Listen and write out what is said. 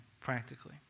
practically